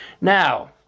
Now